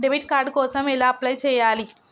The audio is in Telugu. డెబిట్ కార్డు కోసం ఎలా అప్లై చేయాలి?